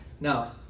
Now